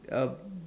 uh